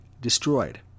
destroyed